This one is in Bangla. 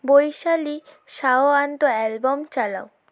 বৈশালী সাওয়ান্ত অ্যালবাম চালাও